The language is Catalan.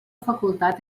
facultat